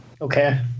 Okay